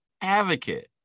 advocate